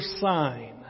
sign